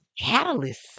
Catalyst